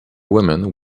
woman